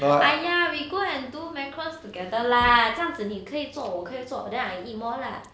!aiya! we go and do macarons together lah 这样子你可以做我可以做 then I eat more lah